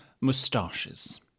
moustaches